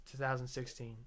2016